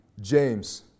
James